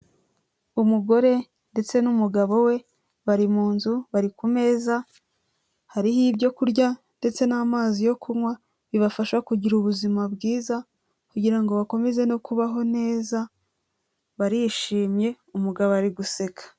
Umugore ndetse n'umugabo we bari mu nzu bari ku meza, hariho ibyo kurya ndetse n'amazi yo kunywa bibafasha kugira ubuzima bwiza kugira ngo bakomeze no kubaho neza, barishimye umugabo ari guseka.